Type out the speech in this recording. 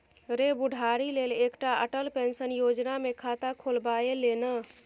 रे बुढ़ारी लेल एकटा अटल पेंशन योजना मे खाता खोलबाए ले ना